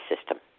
system